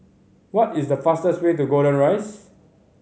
what is the fastest way to Golden Rise